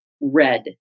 red